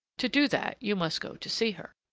to do that you must go to see her.